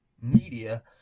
Media